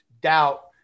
doubt